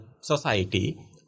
society